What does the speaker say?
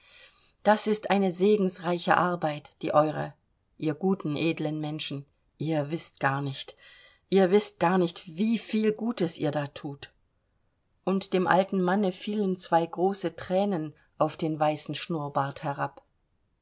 das ist eine segensreiche arbeit die eure ihr guten edlen menschen ihr wißt gar nicht ihr wißt gar nicht wie viel gutes ihr da thut und dem alten manne fielen zwei große thränen auf den weißen schnurrbart herab